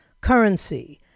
currency